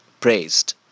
praised